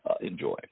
enjoy